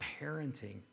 parenting